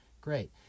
Great